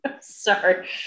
sorry